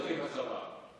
גם דרוזים משרתים בצבא.